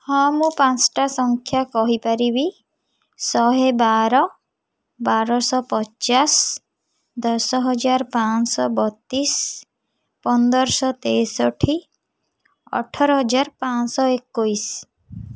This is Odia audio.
ହଁ ମୁଁ ପାଞ୍ଚଟା ସଂଖ୍ୟା କହିପାରିବି ଶହେ ବାର ବାରଶହ ପଚାଶ ଦଶ ହଜାର ପାଞ୍ଚଶହ ବତିଶି ପନ୍ଦରଶହ ତେଷଠି ଅଠର ହଜାର ପାଞ୍ଚଶହ ଏକୋଇଶି